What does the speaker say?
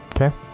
Okay